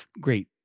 great